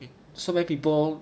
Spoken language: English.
so many people